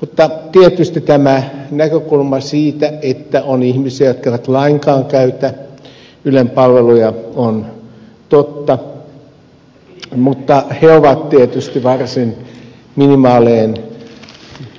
mutta tietysti tämä näkökulma siitä että on ihmisiä jotka eivät lainkaan käytä ylen palveluja on totta mutta he ovat tietysti varsin minimaalinen